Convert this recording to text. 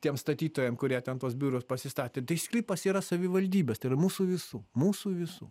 tiem statytojam kurie ten tuos biurus pasistatė sklypas yra savivaldybės tai yra mūsų visų mūsų visų